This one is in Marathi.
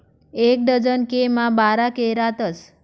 एक डझन के मा बारा के रातस